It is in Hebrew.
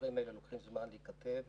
הדברים האלה לוקחים זמן להיכתב ולהימדד.